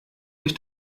sich